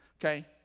okay